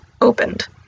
opened